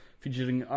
featuring